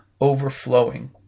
overflowing